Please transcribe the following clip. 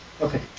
Okay